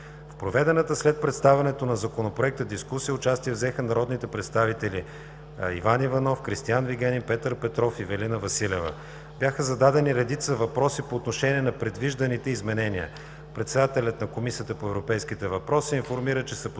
В проведената след представянето на Законопроекта дискусия участие взеха народните представители Иван Иванов, Кристиан Вигенин, Петър Петров и Ивелина Василева. Бяха зададени редица въпроси по отношение на предвижданите изменения. Председателят на Комисията по европейските въпроси информира, че са постъпили